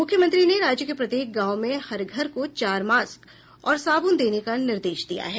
मुख्यमंत्री ने राज्य के प्रत्येक गांव में हर घर को चार मास्क और साबुन देने का निर्देश दिया है